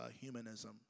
humanism